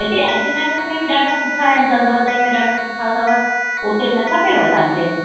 हिते अजय नगर में बि ॾाढा सुठा ऐं चंद वदाई में ॾाढा सुठा अथव उते न खपेव तव्हांखे